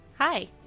Hi